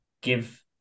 give